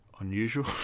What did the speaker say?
unusual